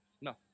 No